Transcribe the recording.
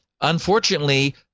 Unfortunately